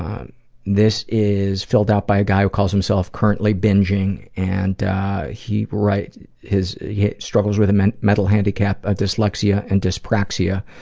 um this is filled out by a guy who calls himself currently binging, and he writes his struggles with a mental handicap, dyslexia and dyspraxia.